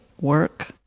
work